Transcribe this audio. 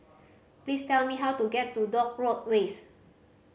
please tell me how to get to Dock Road West